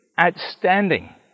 outstanding